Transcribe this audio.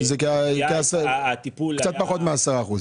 שזה קצת פחות מ-10%.